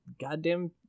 goddamn